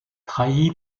trahi